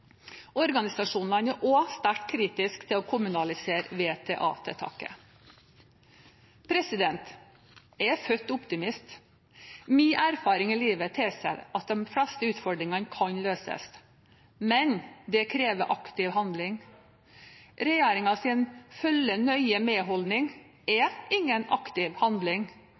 Organisasjonene er også sterkt kritisk til å kommunalisere VTA-tiltaket. Jeg er født optimist. Min erfaring i livet tilsier at de fleste utfordringer kan løses. Men det krever aktiv handling. Regjeringens følge-nøye-med-holdning er ingen aktiv handling.